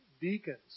deacons